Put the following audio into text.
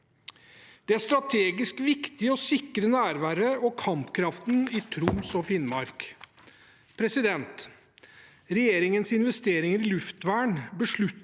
Det er strategisk viktig å sikre nærværet og kampkraften i Troms og Finnmark. Regjeringens investering i luftvern, beslutningen